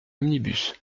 omnibus